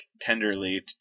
tenderly